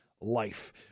life